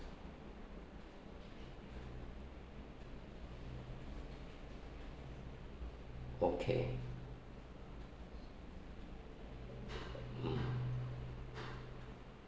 okay mm